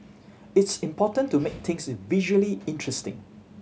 it's important to make things visually interesting